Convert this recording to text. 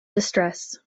distress